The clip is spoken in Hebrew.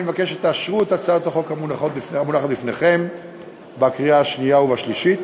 אני מבקש שתאשרו את הצעת החוק המונחת בפניכם בקריאה השנייה והשלישית.